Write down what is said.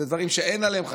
הם דברים שאין עליהם חקיקה.